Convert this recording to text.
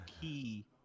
key